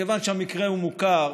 מכיוון שהמקרה הוא מוכר,